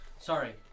Sorry